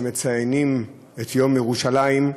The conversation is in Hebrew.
כשאנו מציינים את יום ירושלים,